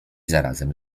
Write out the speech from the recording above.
zarazem